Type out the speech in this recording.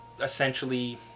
essentially